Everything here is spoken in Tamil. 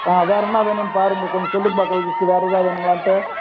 வேறு என்ன வேணும்னு பாருங்கள் கொஞ்சம் சொல்லுங்கள் பார்க்கலாம் லிஸ்ட்டு வேறு ஏதாவது வேணுங்களான்ட்டு